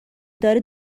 داره